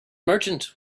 merchant